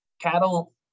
cattle